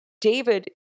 David